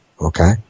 Okay